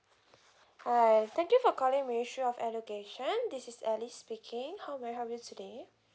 hi thank you for calling ministry of education this is alice speaking how may I help you today